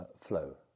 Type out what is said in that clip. flow